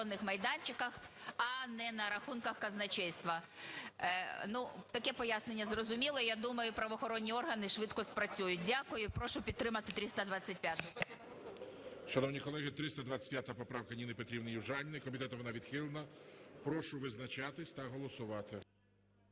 Дякую. Прошу підтримати.